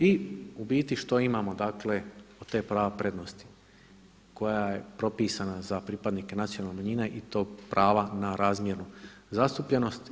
I u biti što imamo, dakle od tog prava prednosti koja je propisana za pripadnike nacionalnih manjina i to pravo na razmjernu zastupljenost?